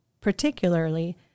particularly